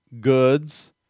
goods